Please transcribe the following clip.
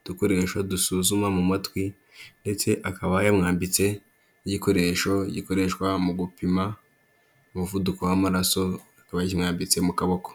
udukoresho dusuzuma mu matwi ndetse akaba yamwambitse igikoresho gikoreshwa mu gupima umuvuduko w'amaraso akaba yakimwambitse mu kaboko.